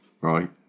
Right